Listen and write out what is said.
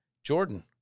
Jordan